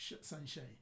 sunshine